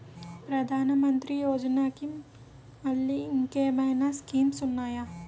ప్రధాన మంత్రి యోజన కి మల్లె ఇంకేమైనా స్కీమ్స్ ఉన్నాయా?